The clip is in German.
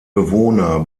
bewohner